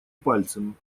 пальцем